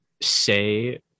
say